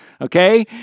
Okay